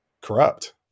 corrupt